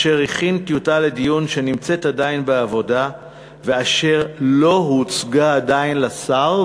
אשר הכין טיוטה לדיון שנמצאת עדיין בעבודה ואשר לא הוצגה עדיין לשר,